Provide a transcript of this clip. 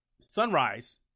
Sunrise